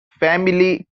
family